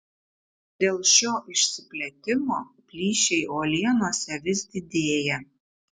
dėl šio išsiplėtimo plyšiai uolienose vis didėja